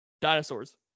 Dinosaurs